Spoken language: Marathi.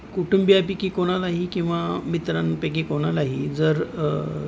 कुटुंबियापैकी कोणालाही किंवा मित्रांपैकी कोणालाही जर